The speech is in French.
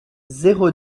zéro